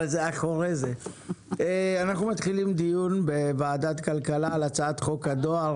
אנחנו מתחילים בדיון בוועדת הכלכלה על הצעת חוק הדואר